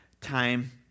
time